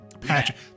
Patrick